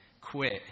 quit